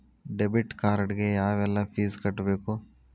debit card ಗೆ ಯಾವ್ಎಲ್ಲಾ fees ಕಟ್ಬೇಕು